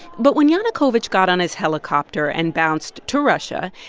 but when yanukovych got on his helicopter and bounced to russia,